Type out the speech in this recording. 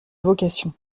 vocation